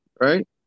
right